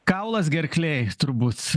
kaulas gerklėj turbūt